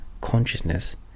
consciousness